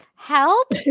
Help